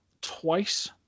twice